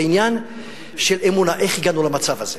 זה עניין של אמונה, ואיך הגענו למצב הזה.